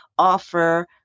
Offer